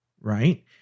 Right